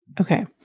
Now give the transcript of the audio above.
Okay